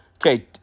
Okay